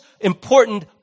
important